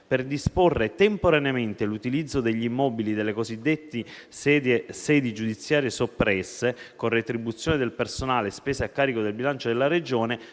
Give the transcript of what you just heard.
per disporre temporaneamente l'utilizzo degli immobili delle cosiddette sedi giudiziarie soppresse, con retribuzione del personale e spese a carico del bilancio della Regione,